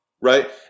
Right